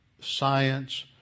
science